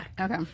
Okay